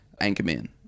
Anchorman